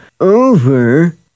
over